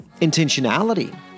intentionality